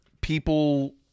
People